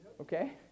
okay